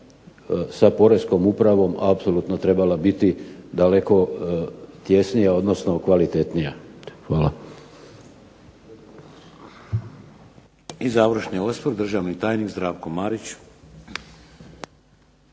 sa poreskom upravom apsolutno trebala biti daleko tjesnija odnosno kvalitetnija. Hvala. **Šeks, Vladimir (HDZ)** I završni osvrt državni tajnik Zdravko Marić.